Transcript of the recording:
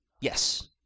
Yes